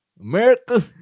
America